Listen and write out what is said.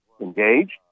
engaged